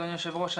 אדוני היושב ראש,